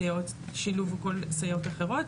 סייעות שילוב או כל סייעות אחרות,